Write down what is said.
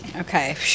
okay